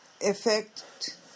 effect